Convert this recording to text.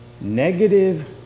negative